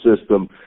system